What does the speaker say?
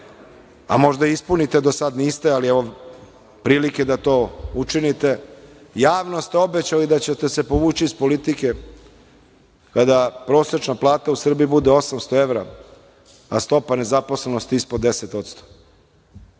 a možda ispunite, do sada niste, evo prilike da to učinite, javno ste obećali da ćete se povući iz politike kada prosečna plata u Srbiji bude 800 evra, a stopa nezaposlenosti ispod 10%.